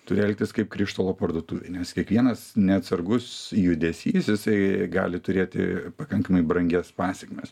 turi elgtis kaip krištolo parduotuvėj nes kiekvienas neatsargus judesys jisai gali turėti pakankamai brangias pasekmes